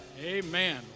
Amen